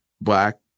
black